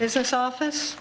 this is office